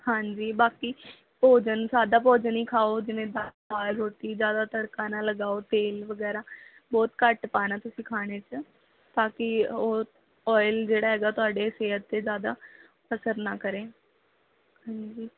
ਹਾਂਜੀ ਬਾਕੀ ਭੋਜਨ ਸਾਦਾ ਭੋਜਨ ਹੀ ਖਾਓ ਜਿਵੇਂ ਦਾਲ ਰੋਟੀ ਜ਼ਿਆਦਾ ਤੜਕਾ ਨਾ ਲਗਾਓ ਤੇਲ ਵਗੈਰਾ ਬਹੁਤ ਘੱਟ ਪਾਉਣਾ ਤੁਸੀਂ ਖਾਣੇ 'ਚ ਤਾਂ ਕਿ ਉਹ ਆਇਲ ਜਿਹੜਾ ਹੈਗਾ ਤੁਹਾਡੇ ਸਿਹਤ 'ਤੇ ਜ਼ਿਆਦਾ ਅਸਰ ਨਾ ਕਰੇ ਹਾਂਜੀ